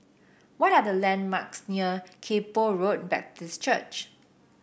what are the landmarks near Kay Poh Road Baptist Church